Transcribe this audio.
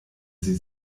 sie